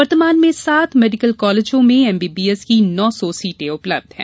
वर्तमान में सात मेडिकल कॉलेजों में एमबीबीएस की नौ सौ सीटे उपलब्ध है